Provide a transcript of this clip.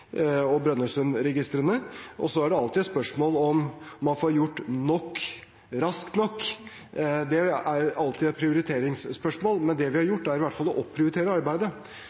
Altinn og Brønnøysundregistrene. Så er det alltid et spørsmål om man får gjort nok raskt nok. Det er alltid et prioriteringsspørsmål. Men det vi har gjort, er i hvert fall å opprioritere arbeidet.